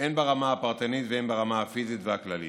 הן ברמה הפרטנית והן ברמה הפיזית והכללית.